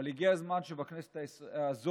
אבל הגיע הזמן שבכנסת הזו,